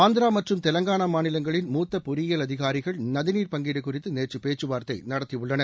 ஆந்திரா மற்றும் தெலங்கானா மாநிலங்களின் மூத்த பொறியியல் அதிகாரிகள் நதிநீர் பங்கீடு குறித்து நேற்று பேச்சுவார்த்தை நடத்தியுள்ளனர்